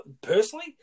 personally